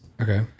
Okay